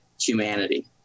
humanity